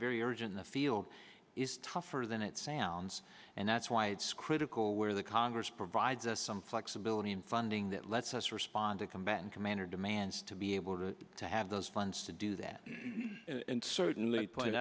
very urgent the field is tougher than it sounds and that's why it's critical where the congress provides us some flexibility in funding that lets us responding combatant commander demands to be able to have those funds to do that and certainly point